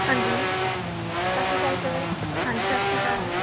ਹਾਂਜੀ ਸਤਿ ਸ਼੍ਰੀ ਅਕਾਲ ਸਰ ਹਾਂਜੀ ਸਤਿ ਸ਼੍ਰੀ ਅਕਾਲ